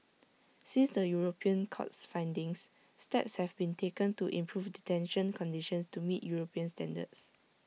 since the european court's findings steps have been taken to improve detention conditions to meet european standards